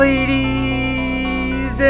Ladies